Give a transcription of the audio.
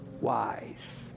wise